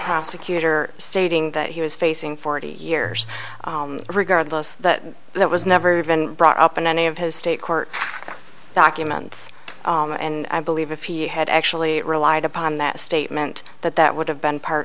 prosecutor stating that he was facing forty years regardless that that was never been brought up in any of his state court documents and i believe if he had actually relied upon that statement that that would have been part